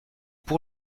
pour